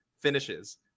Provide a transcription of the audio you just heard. finishes